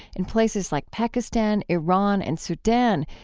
in places like pakistan, iran, and sudan,